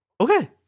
Okay